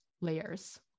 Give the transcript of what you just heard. layers